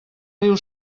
riu